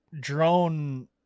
drone